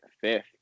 fifth